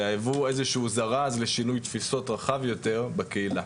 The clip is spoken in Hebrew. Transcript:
ויעברו איזה שהוא זרז לשינוי תפיסות רחב יותר בקהילה.